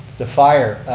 the fire,